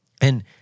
And-